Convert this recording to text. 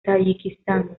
tayikistán